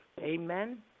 Amen